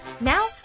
Now